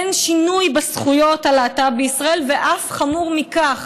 אין שינוי בזכויות הלהט"ב בישראל ואף חמור מכך,